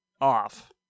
off